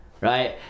right